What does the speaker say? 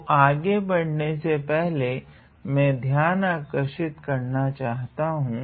तो आगे बड़ने से पहले मैं ध्यान आकर्षित करना चाहता हूँ